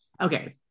Okay